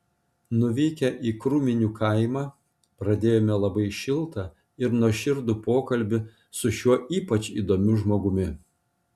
nuvykę į krūminių kaimą pradėjome labai šiltą ir nuoširdų pokalbį su šiuo ypač įdomiu žmogumi